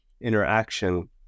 interaction